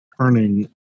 turning